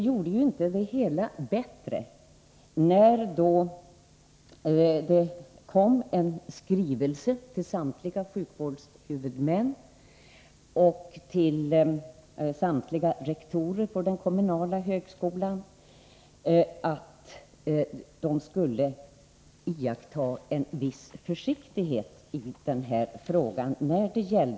Socialstyrelsen gick också ut till samtliga sjukvårdshuvudmän och samtliga rektorer på den kommunala högskolan med en skrivelse, i vilken det framhölls att behörighetsfrågan ännu inte var klar.